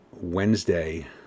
Wednesday